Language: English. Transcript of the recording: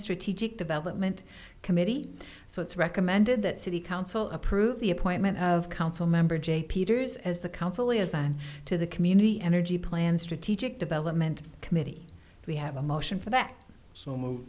strategic development committee so it's recommended that city council approve the appointment of council member j peters as the council is on to the community energy plan strategic development committee we have a motion for that so